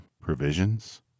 provisions